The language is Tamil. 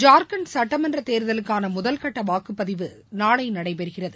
ஜார்கண்ட் சட்டமன்றத் தேர்தலுக்கான முதல்கட்ட வாக்குப்பதிவு நாளை நடைபெறுகிறது